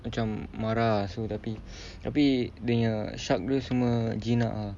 macam marah ah so tapi tapi dia punya shark dia semua jinak ah